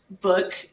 book